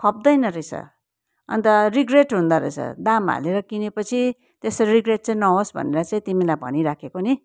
खप्दैन रहेछ अन्त रिग्रेट हुदोरहेछ दाम हालेर किनेपछि त्यसरी रिग्रेट चाहिँ नहोस् भनेर चाहिँ तिमीलाई भनिराखेको नि